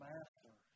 Master